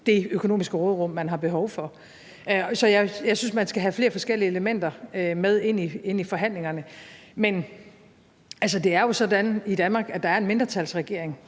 det økonomiske råderum, man har behov for. Så jeg synes, man skal have flere forskellige elementer med ind til forhandlingerne. Men det er jo sådan i Danmark, at der er en mindretalsregering,